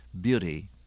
beauty